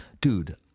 dude